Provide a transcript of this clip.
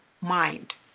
mind